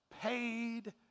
paid